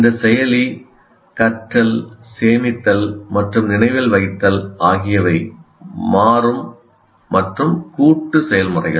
இந்த செயலி கற்றல் சேமித்தல் மற்றும் நினைவில் வைத்தல் ஆகியவை மாறும் மற்றும் கூட்டு செயல்முறைகள்